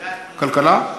כלכלה?